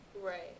right